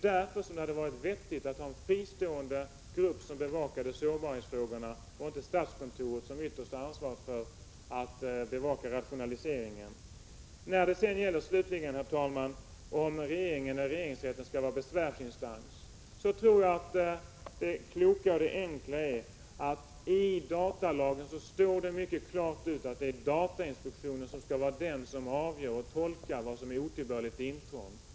Därför hade det varit vettigt att ha en fristående grupp som bevakade sårbarhetsfrågorna, och inte låta statskontoret, som har det yttersta ansvaret för att bevaka rationaliseringen, sköta det. Herr talman! När det gäller frågan om regeringen eller regeringsrätten skall vara besvärsinstans tror jag att det kloka och det enkla vore att gå till datalagen. Där står mycket klart att datainspektionen skall avgöra och tolka vad som är otillbörligt intrång.